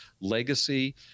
legacy